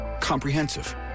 Comprehensive